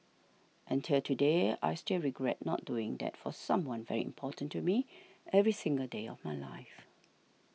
and till today I still regret not doing that for someone very important to me every single day of my life